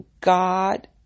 God